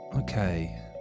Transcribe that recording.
okay